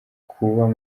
kuba